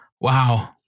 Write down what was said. Wow